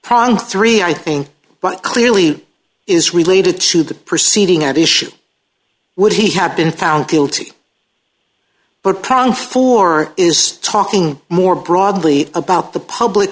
problem three i think but clearly is related to the proceeding at issue would he have been found guilty but pronk four is talking more broadly about the public